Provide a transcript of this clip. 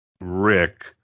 Rick